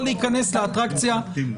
להיכנס לאטרקציה --- לתמנע דווקא כן.